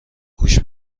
گوش